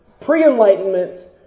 Pre-enlightenment